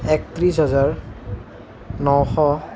একত্ৰিছ হাজাৰ নশ